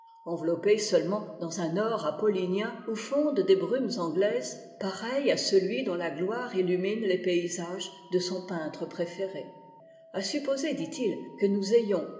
enveloppée seulement dans un or apollinien où fondent des brumes anglaises pareil à celui dont la gloire illumine les paysages de son peintre préféré a supposer dit-il que nous ayons